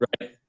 right